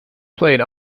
played